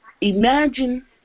Imagine